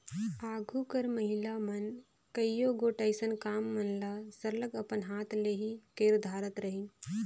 आघु कर महिला मन कइयो गोट अइसन काम मन ल सरलग अपन हाथ ले ही कइर धारत रहिन